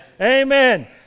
amen